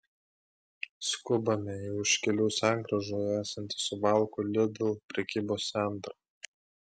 skubame į už kelių sankryžų esantį suvalkų lidl prekybos centrą